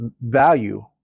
value